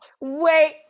Wait